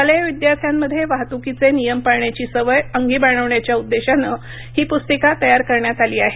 शालेय विद्यार्थ्यांमध्ये वाहतुकीचे नियम पाळण्याची सवय अंगी बाणवण्याच्या उद्देशानं ही प्स्तिका तयार करण्यात आली आहे